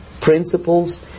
principles